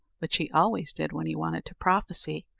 which he always did when he wanted to prophesy,